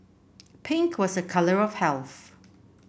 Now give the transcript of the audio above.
pink was a colour of health